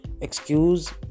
excuse